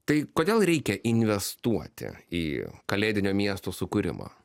tai kodėl reikia investuoti į kalėdinio miesto sukūrimą